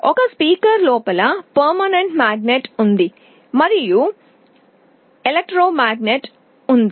ఒక స్పీకర్ లోపల శాశ్వత అయస్కాంతం ఉంది మరియు కదిలే విద్యుదయస్కాంతం ఉంది